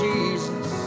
Jesus